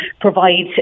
provide